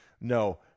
No